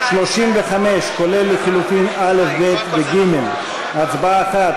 35, כולל לחלופין א', ב' וג', בהצבעה אחת.